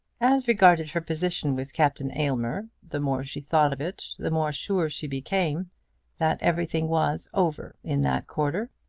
as regarded her position with captain aylmer, the more she thought of it the more sure she became that everything was over in that quarter.